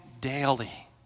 daily